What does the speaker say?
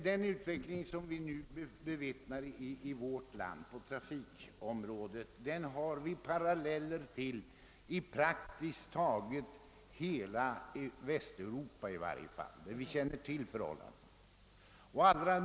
Den utveckling på trafikområdet i vårt land som vi nu bevittnar har paralleller i praktiskt taget hela Västeuropa, i varje fall där vi känner till förhål landena.